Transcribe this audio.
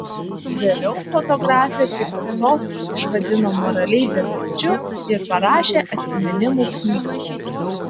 vėliau fotografė picasso išvadino moraliai beverčiu ir parašė atsiminimų knygą